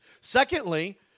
Secondly